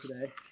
today